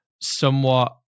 somewhat